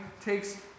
takes